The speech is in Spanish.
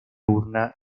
urna